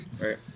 Right